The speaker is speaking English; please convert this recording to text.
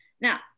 Now